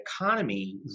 economy